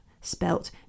spelt